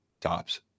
tops